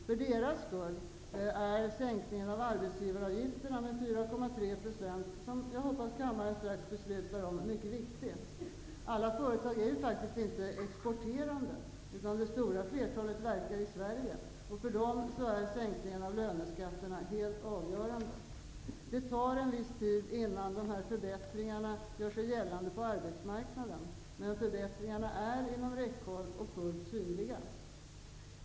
För deras skull är sänkningen av arbetsgivaravgifterna med 4,3 %, som jag hoppas att kammaren strax skall besluta om, mycket viktig. Alla företag är faktiskt inte exporterande, utan det stora flertalet verkar i Sverige och för dem är sänkningen av löneskatterna helt avgörande. Det tar en viss tid innan dessa förbättringar gör sig gällande på arbetsmarknaden, men förbättringarna är inom räckhåll och fullt synliga.